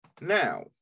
now